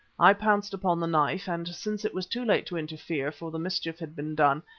i pounced upon the knife, and since it was too late to interfere, for the mischief had been done,